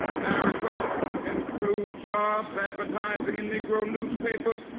their requests include jobs, advertising in negro newspapers,